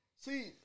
See